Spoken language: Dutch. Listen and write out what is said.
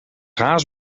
haast